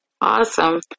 Awesome